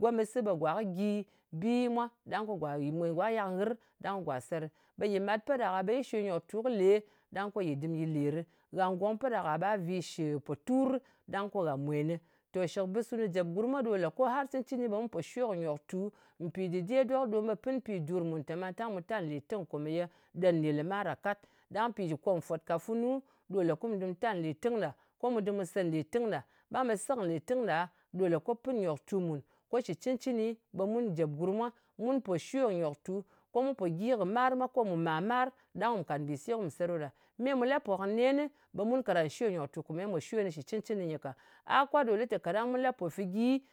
gomɨsɨ, ɓe gwa kɨ gyi bi mwa ɗang ko gwà. Gwà kɨ yak nghɨr ɗang gwà se ɗɨ. Yɨ màt pet ɗak-a ɓe yi shwe nyoktu kɨ le ɗang ko yɨ dɨm yɨ lè ɗɨ. Gha ngong pet ɗak-a ɓa vi shɨ poturɨ ɗang ko gha mwenɨ. Tò, shɨkbɨs funu jèp gurm mwa ɗo har shɨ cɨncɨni ɓe mu pò shwe kɨ nyòktu. Mpì dɨde, dok ɗom ɓe pìn pidur mùn tè mantang mu tal nlètɨng komeye ɗen nɗin lɨmar ɗa kat. Ɗang mpì shɨk kòm fwòtka funu ɗo lē ko mù dù tal nletɨng ɗa. Ko mu se nletɨng ɗa. Ɓang ɓe se kɨ nlètɨng ɗa ɗo lè ko pɨn nyòktu mùn. Ko shɨ cɨncɨni, ɓe mun jèp gurm mwa mu pò shwe kɨ nyòktu. Ko mu pò gyi kɨ mar mwa, ko mù màr-mar ɗang mù ka mbìse ko mù sè ɗo ɗa. Me mù lapò kɨ nenɨ ɓe mun karan shwe kɨ nyòktu kòmeye mu pò shwe kɨnɨ shɨ cɨncɨnɨ nyɨ ka. A kwat ɗo lɨ te kaɗang mu lapo fɨgyi.